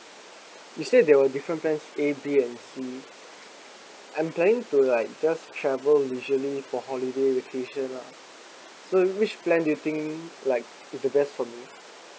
you said there were different plans A B and C I'm planning to like just travel usually for holiday location lah so which plan do you think like the best for you